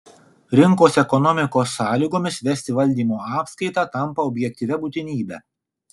rinkos ekonomikos sąlygomis vesti valdymo apskaitą tampa objektyvia būtinybe